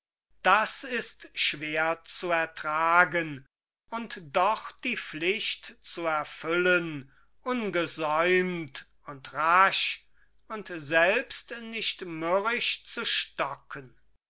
das ist schwer zu ertragen und doch die pflicht zu erfüllen ungesäumt und rasch und selbst nicht mürrisch zu stocken